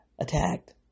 attacked